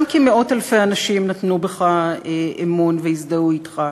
גם כי מאות-אלפי אנשים נתנו בך אמון והזדהו אתך,